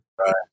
Right